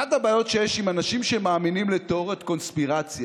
אחת הבעיות שיש עם אנשים שמאמינים לתיאוריות קונספירציה